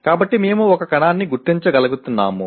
కాబట్టి మేము ఒక కణాన్ని గుర్తించగలుగుతున్నాము